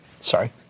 Sorry